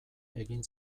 egin